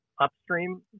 upstream